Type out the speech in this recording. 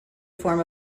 form